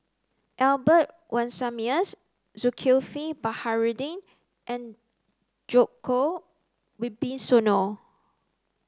Albert Winsemius Zulkifli Baharudin and Djoko Wibisono